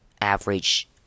average